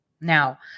Now